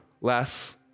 less